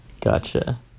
gotcha